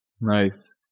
Nice